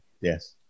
Yes